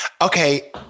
Okay